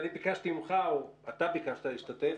אני ביקשתי ממך או אתה ביקשת להשתתף,